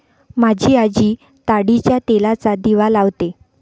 माझी आजी ताडीच्या तेलाचा दिवा लावते